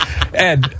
Ed